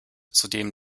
zudem